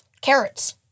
Carrots